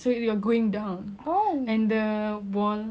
uh the side wall it's actually very rendah like your